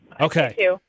Okay